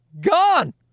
Gone